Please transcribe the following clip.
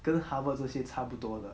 跟 harvard 这些差不多的